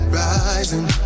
rising